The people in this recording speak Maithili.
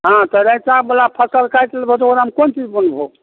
हँ तऽ रैंचा बला फसल काटि लेबहो तऽ ओकरामे कोन चीज बुनबहो